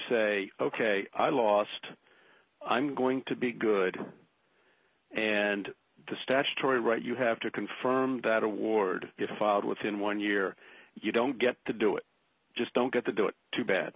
say ok i lost i'm going to be good and the statutory right you have to confirm that award you filed within one year you don't get to do it just don't get to do it too bad